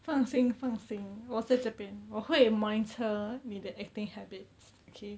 放心放心我在这边我会 monitor 你的 eating habits okay